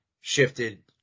shifted